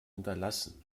hinterlassen